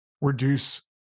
reduce